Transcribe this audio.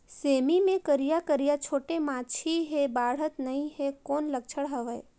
सेमी मे करिया करिया छोटे माछी हे बाढ़त नहीं हे कौन लक्षण हवय?